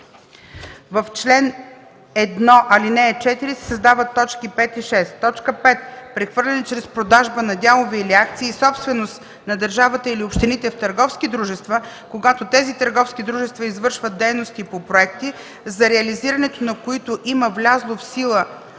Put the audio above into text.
в чл. 1, ал. 4 се създават точки 5 и 6: „5. прехвърляне чрез продажба на дялове или акции – собственост на държавата или общините в търговски дружества, когато тези търговски дружества изпълняват дейности по проекти, за реализирането на които има влязло в сила